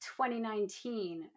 2019